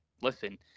Listen